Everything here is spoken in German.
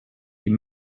die